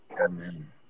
Amen